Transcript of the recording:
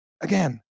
again